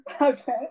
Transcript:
Okay